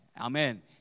Amen